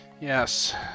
Yes